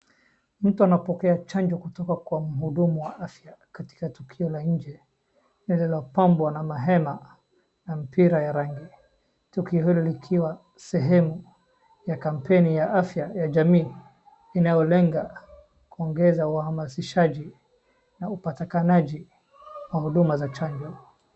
Mtu anapokea chanjo kutoka kwa mhudumu wa afya katika tukio la nje lililopambwa na mahema na mipira ya rangi, tukio hulo likiwa sehemu ya kampeni ya afya ya jamii inayolenga kuongeza uhamasishaji na upatikanaji wa huduma za chanjo.